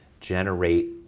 generate